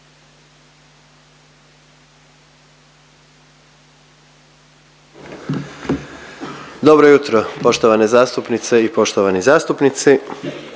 Dobro jutro poštovane zastupnice i poštovani zastupnici.